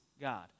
God